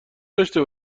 داشته